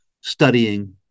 studying